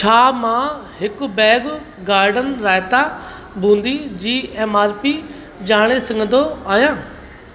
छा मां हिकु बैग गार्डन रायता बूंदी जी एमआरपी ॼाणे सघंदो आहियां